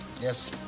yes